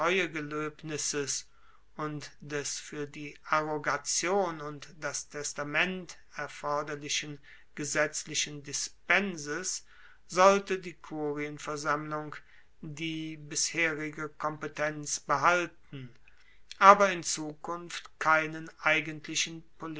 treugeloebnisses und des fuer die arrogation und das testament erforderlichen gesetzlichen dispenses sollte die kurienversammlung die bisherige kompetenz behalten aber in zukunft keinen eigentlichen